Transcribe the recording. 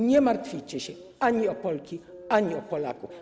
Nie martwicie się ani o Polki, ani o Polaków.